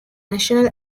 national